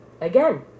again